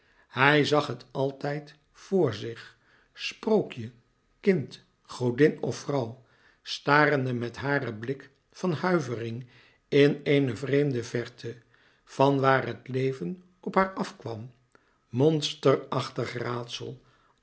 hij zag het altijd voor zich sprookje kind godin of vrouw starende met haren blik van huivering in eene vreemde verte van waar het leven op haar af kwam monsterachtig raadsel